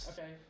Okay